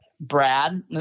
Brad